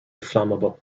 flammable